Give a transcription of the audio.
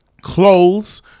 clothes